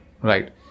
Right